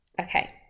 Okay